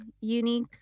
unique